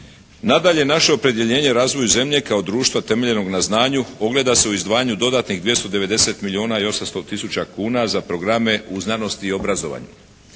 Nadalje, naše opredjeljenje razvoju zemlje kao društva temeljenog na znanju ogleda se u izdvajanju dodatnih 290 milijuna i 800 tisuća kuna za programe u znanosti i obrazovanju.